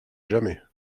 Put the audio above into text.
jamais